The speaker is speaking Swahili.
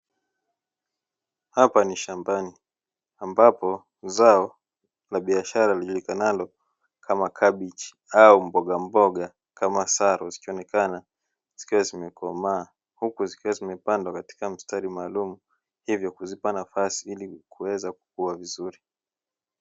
Hapa ni shambani ambapo zao la biashara lijulikanalo kama kabichi au mbogamboga kama saru, zikionekana zikiwa zimekomaa huku zikiwa zimepandwa katika mstari maalumu hivyo kuzipa nafasi ili kuweza kukua vizuri.